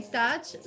touch